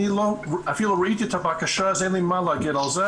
אני אפילו לא ראיתי את הבקשה אז אין לי מה להגיד על זה,